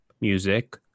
music